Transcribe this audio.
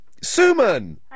Suman